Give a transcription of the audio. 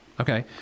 Okay